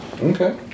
Okay